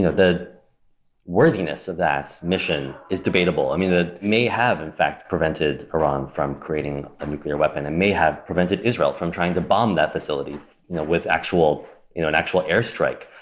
the worthiness of that mission is debatable. that may have, in fact, prevented iran from creating a nuclear weapon and may have prevented israel from trying to bomb that facility you know with an actual you know an actual air strike,